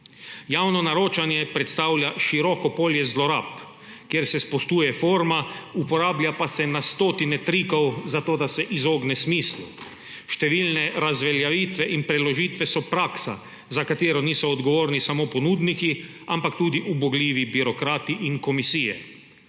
Javno naročanje predstavlja široko polje zlorab, kjer se spoštuje forma, uporablja pa se na stotine trikov, zato da se izogne smislu. Številne razveljavitve in preložitve so praksa, za katero niso odgovorni samo ponudniki, ampak tudi ubogljivi birokrati in komisije.